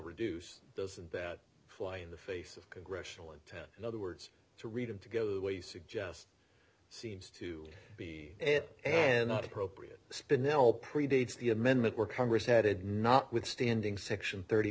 reduce doesn't that fly in the face of congressional intent in other words to read and to go the way you suggest seems to be and not appropriate spin they'll pre dates the amendment were congress added notwithstanding section th